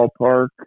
ballpark